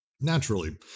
Naturally